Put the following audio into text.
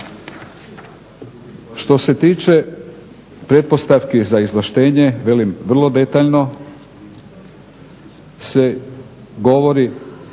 Što se tiče pretpostavki za izvlaštenje, velim vrlo detaljno se govori.